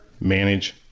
manage